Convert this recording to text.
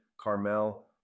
Carmel